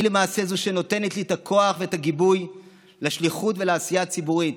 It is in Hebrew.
היא למעשה זו שנותנת לי את הכוח ואת הגיבוי לשליחות ולעשייה הציבורית,